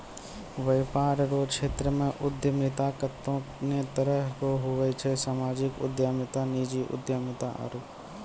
वेपार रो क्षेत्रमे उद्यमिता कत्ते ने तरह रो हुवै छै सामाजिक उद्यमिता नीजी उद्यमिता आरु